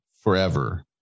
forever